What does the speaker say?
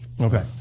Okay